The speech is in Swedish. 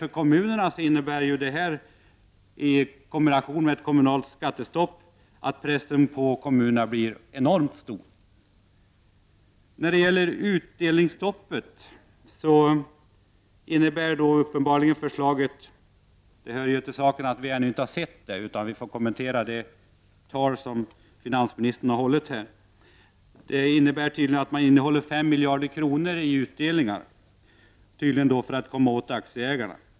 För kommunerna innebär detta i kombination med ett kommunalt skattestopp att pressen på kommunerna blir enormt stor. När det gäller utdelningsstoppet hör det till saken att vi ännu inte har sett förslaget utan får kommentera det tal som finansministern har hållit här. Men förslaget betyder uppenbarligen att man innehåller 5 miljarder kronor i utdelningar, tydligen för att komma åt aktieägarna.